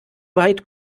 weit